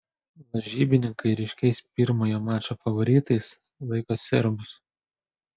lažybininkai ryškiais pirmojo mačo favoritais laiko serbus